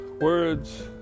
words